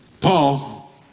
Paul